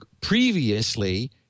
Previously